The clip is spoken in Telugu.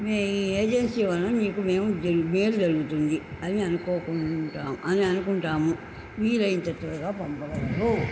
మీ ఏజెన్సీ వలన మీకు మేము మేలు జరుగుతుంది అని అనుకోకుంటాం అని అనుకుంటాము వీలయింత త్వరగా పంపగలరు